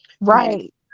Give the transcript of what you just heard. Right